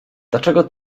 dlaczego